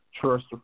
trust